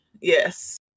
yes